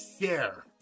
share